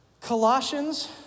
Colossians